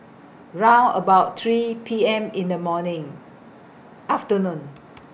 round about three P M in The morning afternoon